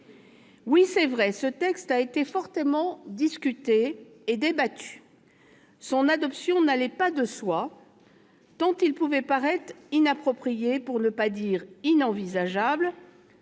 Oui, c'est vrai, ce texte a été fortement discuté et débattu. Son adoption n'allait pas de soi, tant il pouvait paraître inapproprié, pour ne pas dire inenvisageable,